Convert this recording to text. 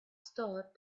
start